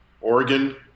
Oregon